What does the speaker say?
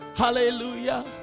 Hallelujah